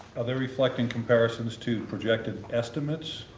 are they reflecting comparisons to projected estimates?